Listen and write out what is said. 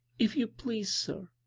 if you please, sir,